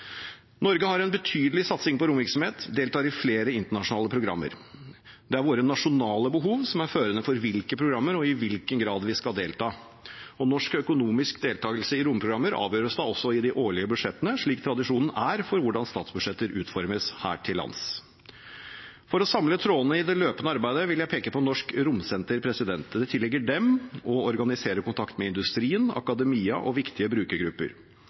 Norge har en betydelig satsing på romvirksomhet og deltar i flere internasjonale programmer. Det er våre nasjonale behov som er førende for hvilke programmer og i hvilken grad vi skal delta. Norsk økonomisk deltakelse i romprogrammer avgjøres da også i de årlige budsjettene, slik tradisjonen er for hvordan statsbudsjetter utformes her til lands. For å samle trådene i det løpende arbeidet vil jeg peke på Norsk Romsenter. Det tilligger dem å organisere kontakt med industrien, akademia og viktige brukergrupper.